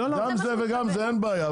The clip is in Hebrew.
גם זה וגם זה אין בעיה,